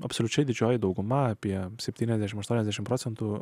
absoliučiai didžioji dauguma apie septyniasdešim aštuoniasdešim procentų